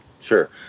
Sure